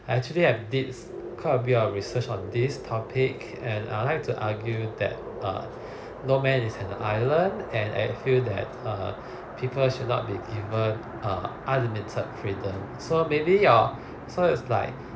I actually I have did quite a bit of research on this topic and I would like to argue that err no man is an island and I feel that err people should not be given err unlimited freedom so maybe your so is like